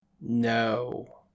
No